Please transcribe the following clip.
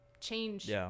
change